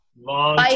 Long